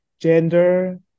gender